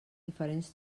diferents